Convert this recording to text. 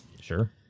Sure